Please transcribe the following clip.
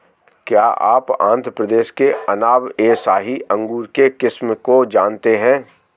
क्या आप आंध्र प्रदेश के अनाब ए शाही अंगूर के किस्म को जानते हैं?